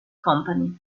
company